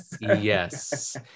Yes